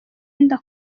inda